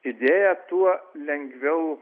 idėją tuo lengviau